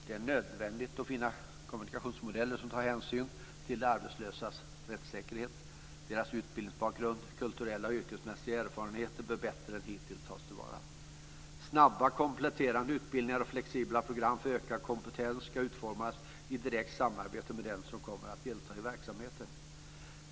Det är nödvändigt att finna kommunikationsmodeller som tar hänsyn till de arbetslösas rättssäkerhet. Deras utbildningsbakgrund, kulturella och yrkesmässiga erfarenheter bör bättre än hittills tas till vara. Snabba kompletterande utbildningar och flexibla program för ökad kompetens ska utformas i direkt samarbete med den som kommer att delta i verksamheten.